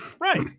Right